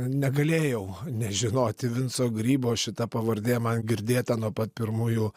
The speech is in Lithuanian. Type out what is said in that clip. negalėjau nežinoti vinco grybo šita pavardė man girdėta nuo pat pirmųjų